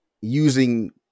using